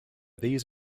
these